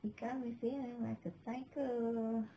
become insane like a psycho